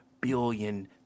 billion